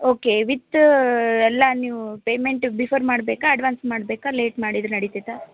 okay with ಎಲ್ಲ ನೀವು payment before ಮಾಡಬೇಕಾ ಅಡ್ವಾನ್ಸ್ ಮಾಡಬೇಕಾ ಲೇಟ್ ಮಾಡಿದ್ರೆ ನಡೀತೇತಾ